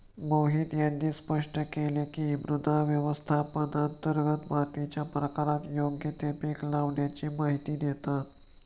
मोहित यांनी स्पष्ट केले की, मृदा व्यवस्थापनांतर्गत मातीच्या प्रकारात योग्य ते पीक लावाण्याची माहिती देतात